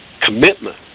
commitment